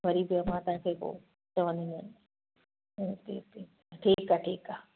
वरी बि मां तव्हांखे पोइ चवंदीमान ऐं हिते हिते ठीकु आहे ठीकु आहे